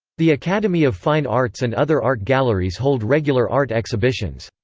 the academy of fine arts and other art galleries hold regular art exhibitions.